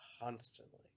constantly